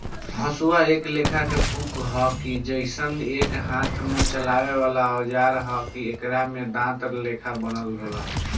हसुआ एक लेखा के हुक के जइसन एक हाथ से चलावे वाला औजार ह आ एकरा में दांत लेखा बनल होला